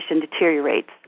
deteriorates